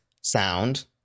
sound